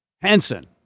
Hansen